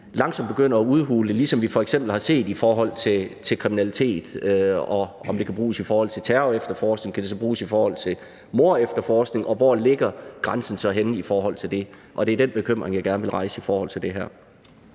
langsomt begynder at udhule det, ligesom vi f.eks. har set det i forhold til kriminalitet, og om det, hvis det kan bruges i forhold til terrorefterforskning, så kan bruges i forhold til mordefterforskning, og hvor grænsen så ligger henne i forhold til det. Det er den bekymring, jeg gerne vil rejse i forhold til det her.